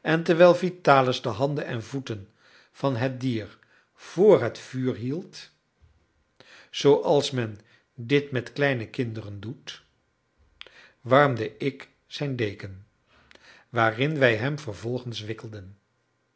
en terwijl vitalis de handen en voeten van het dier vr het vuur hield zooals men dit met kleine kinderen doet warmde ik zijn deken waarin wij hem vervolgens wikkelden